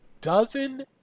dozen